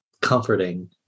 comforting